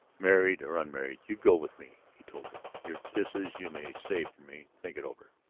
married or unmarried, you go with me, he told her. your kisses you may save for me. think it over.